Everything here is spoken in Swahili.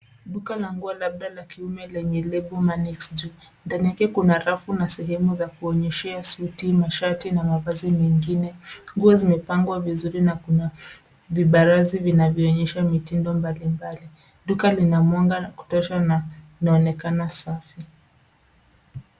Duka la nguo labda la kiume lenye lebo Mannicks juu. Ndani yake kuna rafu na sehemu za kuonyeshea suti, mashati, na mavazi mengine. Nguo zimepangwa vizuri na kuna vibarazi vinavyoonyesha mitindo mbali mbali. Duka lina mwanga wa kutosha na linaonekana safi.